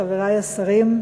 חברי השרים,